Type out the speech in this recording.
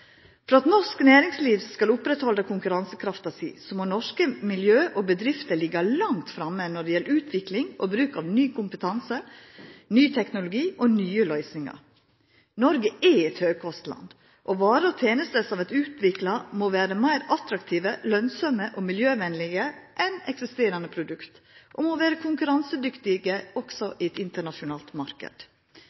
For at norsk næringsliv skal halda ved lag konkurransekrafta si, må norske miljø og bedrifter ligga langt framme når det gjeld utvikling og bruk av ny kompetanse, ny teknologi og nye løysingar. Noreg er eit høgkostland, og varer og tenester som vert utvikla, må vera meir attraktive, lønsame og miljøvenlege enn eksisterande produkt, og dei må vera konkurransedyktige også i